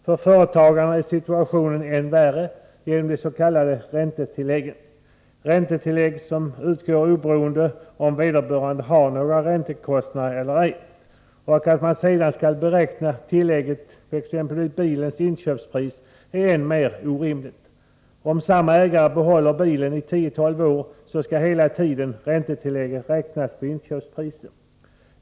För företagarna är situationen än värre genom de s.k. räntetilläggen, som utgår oberoende av om vederbörande har några räntekostnader eller ej. Att man skall beräkna räntetillägget på bilens inköpspris är än mer orimligt. Om samma ägare behåller bilen i 10-12 år, skall hela tiden räntetillägget räknas på inköpspriset.